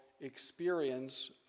experience